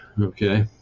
okay